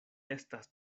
estas